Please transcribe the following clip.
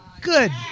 good